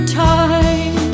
time